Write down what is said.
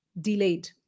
delayed